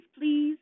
please